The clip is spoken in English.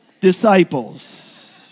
disciples